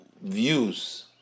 views